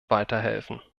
weiterhelfen